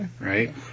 Right